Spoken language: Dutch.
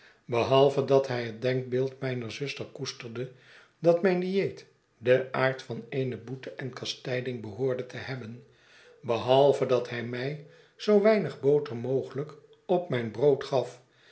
behalve dat hij het denkbeeld mijner zuster koesterde dat mijn dieet den aard van eene boete en kastijding behoorde te hebben behalve dat hij mij zoo weinig boter mogelijk op mijn brood gaf